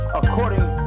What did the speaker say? according